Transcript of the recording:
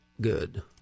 good